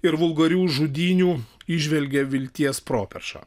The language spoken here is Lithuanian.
ir vulgarių žudynių įžvelgė vilties properšą